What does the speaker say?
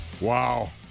Wow